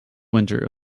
winter